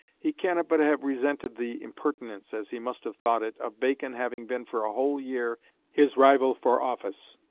he cannot but have resented the impertinence, as he must have thought it, of bacon having been for a whole year his rival for office.